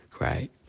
Right